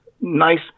nice